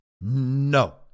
No